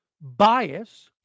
bias